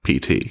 PT